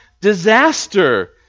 disaster